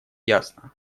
ясно